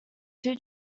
two